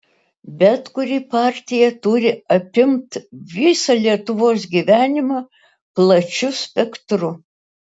bet kuri partija turi apimt visą lietuvos gyvenimą plačiu spektru